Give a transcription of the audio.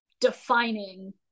defining